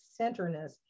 centerness